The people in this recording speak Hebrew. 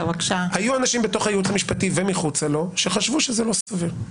היו אנשים בתוך הייעוץ המשפטי ומחוצה לו שחשבו שזה לא סביר.